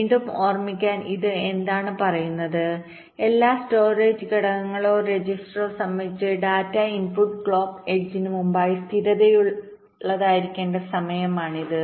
വീണ്ടും ഓർമിക്കാൻ ഇത് എന്താണ് പറയുന്നത് എല്ലാ സ്റ്റോറേജ് ഘടകങ്ങളോ രജിസ്റ്ററോ സംബന്ധിച്ച് ഡാറ്റ ഇൻപുട്ട് ക്ലോക്ക് എഡ്ജിന് മുമ്പായി സ്ഥിരതയുള്ളതായിരിക്കേണ്ട സമയമാണിത്